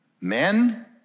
Men